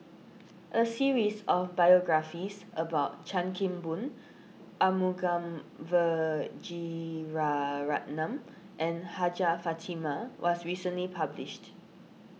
a series of biographies about Chan Kim Boon Arumugam Vijiaratnam and Hajjah Fatimah was recently published